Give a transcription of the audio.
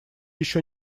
ещё